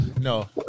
No